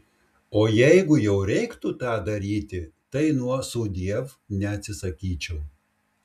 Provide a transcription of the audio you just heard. o jeigu jau reiktų tą daryti tai nuo sudiev neatsisakyčiau